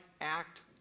act